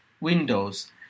windows